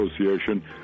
Association